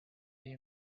you